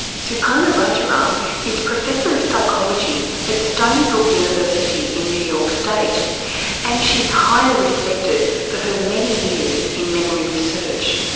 suparna rajaram is professor of psychology at stonybrook university in new york state and she's highly respected for her many years in memory research.